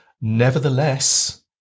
Nevertheless